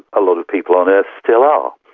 a lot of people on earth still are.